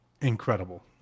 incredible